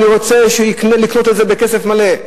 אני רוצה לקנות את זה בכסף מלא,